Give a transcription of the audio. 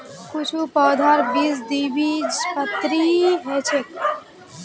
कुछू पौधार बीज द्विबीजपत्री ह छेक